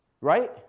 right